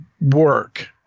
work